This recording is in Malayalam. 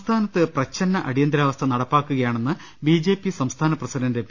സംസ്ഥാനത്ത് പ്രച്ഛന്ന അടിയന്തരാവസ്ഥ നടപ്പാക്കുകയാണെന്ന് ബിജെപി സംസ്ഥാന പ്രസിഡന്റ് പി